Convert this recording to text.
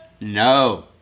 no